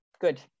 good